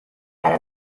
and